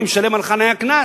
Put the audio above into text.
אני משלם על חנייה קנס,